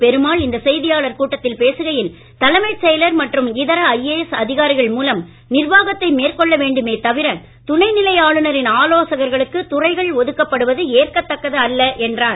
பெருமாள் இந்த செய்தியாளர் கூட்டத்தில் பேசுகையில் தலைமைச் செயலர் மற்றும் இதர ஐஏஎஸ் அதிகாரிகள் மூலம் நிர்வாகத்தை மேற்கொள்ள வேண்டுமே தவிர துணைநிலை ஆளுநரின் ஆலோசகர்களுக்கு துறைகள் ஒதுக்கப்படுவது ஏற்கத்தக்கது அல்ல என்றார்